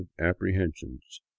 apprehensions